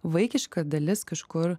vaikiška dalis kažkur